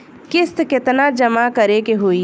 किस्त केतना जमा करे के होई?